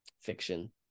fiction